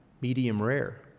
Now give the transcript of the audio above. medium-rare